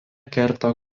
kerta